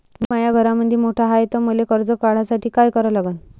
मी माया घरामंदी मोठा हाय त मले कर्ज काढासाठी काय करा लागन?